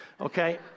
okay